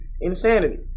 insanity